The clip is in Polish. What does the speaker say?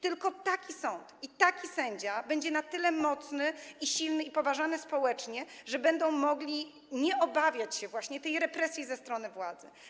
Tylko taki sąd, tylko taki sędzia będzie na tyle mocny i silny, i poważany społecznie, że będzie mógł nie obawiać się tej represji ze strony władzy.